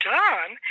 done